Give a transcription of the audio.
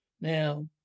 Now